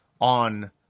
on